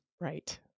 Right